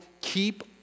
keep